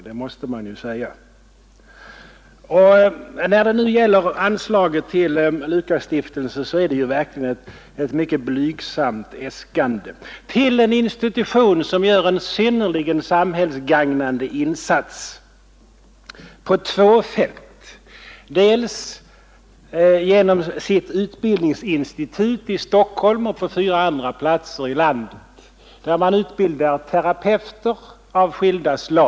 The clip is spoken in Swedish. Man måste också säga, att det belopp som äskats till S:t Lukasstiftelsen är mycket blygsamt. Det gäller ju dock en institution som gör en synnerligen samhällsgagnande insats på två fält. Stiftelsen har utbildningsinstitut i Stockholm och på fyra andra platser i landet, där man utbildar terapeuter av skilda slag.